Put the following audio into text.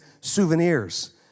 souvenirs